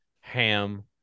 ham